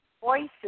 voices